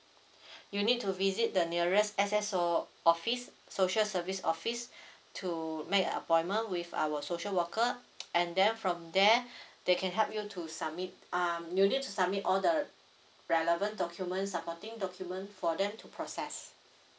you need to visit the nearest S_S_O office social service office to make an appointment with our social worker and then from there they can help you to submit um you need to submit all the relevant document supporting document for them to process